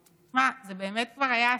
שמע, זה באמת כבר היה שיא.